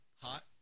hot